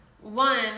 One